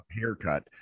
haircut